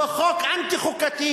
זה חוק אנטי-חוקתי.